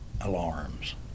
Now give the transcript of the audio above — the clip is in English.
alarms